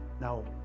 Now